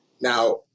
Now